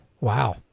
Wow